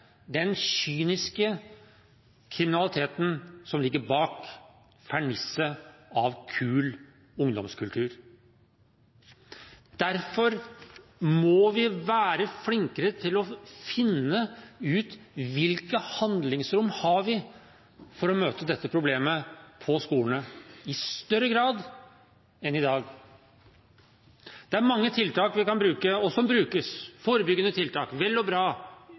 den kyniske kriminaliteten som ligger bak fernisset av kul ungdomskultur. Derfor må vi være flinkere til å finne ut hvilke handlingsrom vi har for å møte dette problemet på skolene i større grad enn i dag. Det er mange tiltak vi kan bruke og som brukes, forebyggende tiltak – det er vel og bra,